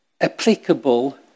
applicable